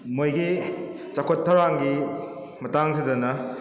ꯃꯣꯏꯒꯤ ꯆꯥꯎꯈꯠ ꯊꯧꯔꯥꯡꯒꯤ ꯃꯇꯥꯡꯁꯤꯗꯅ